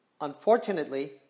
Unfortunately